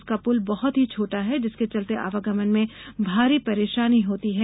इसका पुल बहुत ही छोटा है जिसके चलते आवागमन में भारी परेशानी होती है